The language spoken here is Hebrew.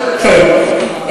כן,